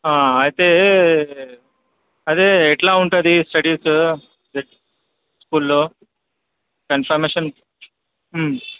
అయితే అదే లా ఉంటుంది స్టడీస్ జెడ్ స్కూల్లో కన్ఫర్మేషన్